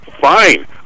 fine